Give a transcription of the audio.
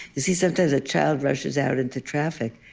you see sometimes a child rushes out into traffic,